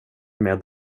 med